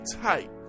tight